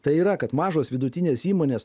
tai yra kad mažos vidutinės įmonės